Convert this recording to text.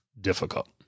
difficult